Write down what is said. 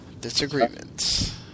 disagreements